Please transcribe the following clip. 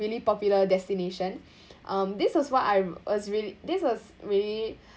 really popular destination um this was what I've was this was really